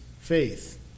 faith